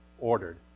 ordered